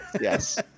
Yes